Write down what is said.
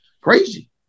crazy